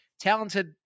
talented